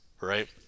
right